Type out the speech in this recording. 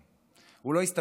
הוא לא הסתפק בזה,